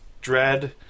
Dread